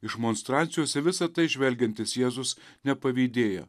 iš monstrancijos į visa tai žvelgiantis jėzus nepavydėjo